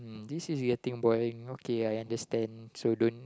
um this is getting boring okay I understand so don't